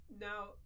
Now